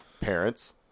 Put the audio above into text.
parents